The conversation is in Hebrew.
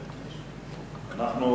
אין נמנעים.